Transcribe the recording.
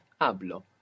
Hablo